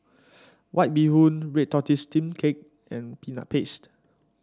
White Bee Hoon Red Tortoise Steamed Cake and Peanut Paste